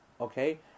Okay